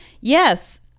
Yes